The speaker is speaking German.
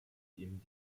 ihm